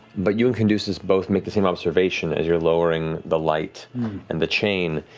but you and caduceus both make the same observation as you're lowering the light and the chain.